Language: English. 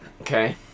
Okay